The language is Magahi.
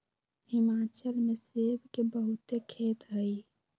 हिमाचल में सेब के बहुते खेत हई